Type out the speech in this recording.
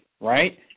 right